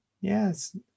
Yes